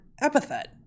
epithet